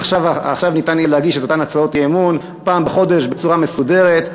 עכשיו ניתן יהיה להגיש את אותן הצעות אי-אמון פעם בחודש בצורה מסודרת,